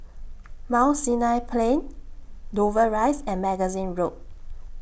Mount Sinai Plain Dover Rise and Magazine Road